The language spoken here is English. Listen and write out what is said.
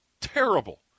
Terrible